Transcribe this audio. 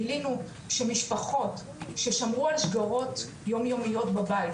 גילינו שמשפחות ששמרו על שגרות יומיומיות בבית,